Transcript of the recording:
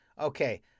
Okay